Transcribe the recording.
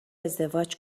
ازدواج